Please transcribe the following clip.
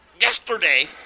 yesterday